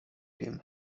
wiem